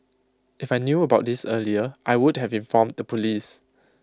if I knew about this earlier I would have informed the Police